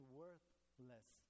worthless